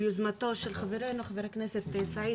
ביוזמתו של חברנו ח"כ סעיד,